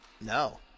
No